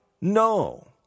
No